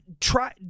Try